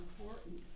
important